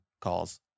calls